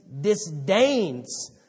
disdains